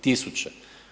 Tisuće.